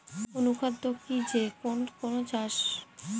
অনুখাদ্য কি যে কোন চাষাবাদে ব্যবহার করা যেতে পারে?